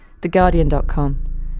theguardian.com